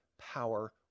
power